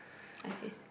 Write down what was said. what's this